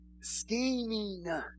scheming